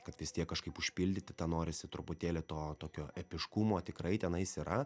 kad vis tiek kažkaip užpildyti tą norisi truputėlį to tokio epiškumo tikrai tenais yra